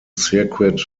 circuit